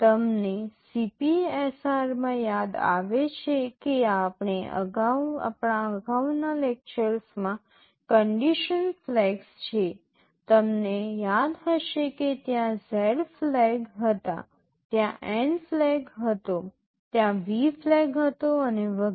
તમને CPSR માં યાદ આવે છે કે આપણે આપણા અગાઉના લેક્ચર્સમાં કંડિશન ફ્લેગ્સ છે તમને યાદ હશે કે ત્યાં Z ફ્લેગ હતા ત્યાં N ફ્લેગ હતો ત્યાં V ફ્લેગ હતો અને વગેરે